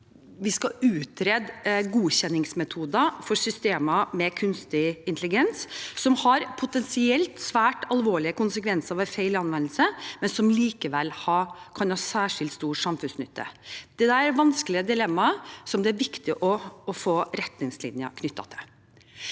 skal utrede godkjenningsmetoder for systemer med kunstig intelligens som potensielt har svært alvorlige konsekvenser ved feil anvendelse, men som likevel kan ha særskilt stor samfunnsnytte. Dette er vanskelige dilemmaer som det er viktig å få retningslinjer knyttet til.